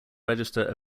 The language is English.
register